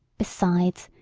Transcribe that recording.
besides,